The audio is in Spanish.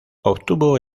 obtuvo